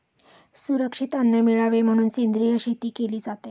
सुरक्षित अन्न मिळावे म्हणून सेंद्रिय शेती केली जाते